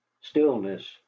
Stillness